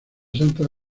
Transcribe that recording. santa